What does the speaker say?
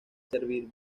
servir